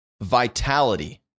Vitality